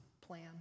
plan